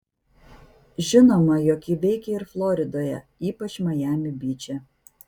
žinoma jog ji veikia ir floridoje ypač majami byče